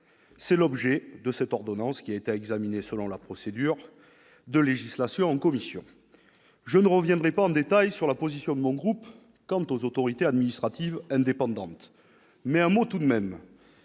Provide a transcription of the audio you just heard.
C'est l'objet de cette ordonnance, qui a été examinée selon la procédure de législation en commission. Je ne reviendrai pas en détail sur la position de mon groupe quant aux autorités administratives indépendantes, les AAI. Mais j'en dirai tout de même